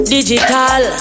Digital